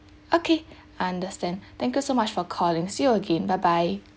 okay I understand thank you so much for calling see you again bye bye